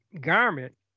garment